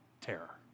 terror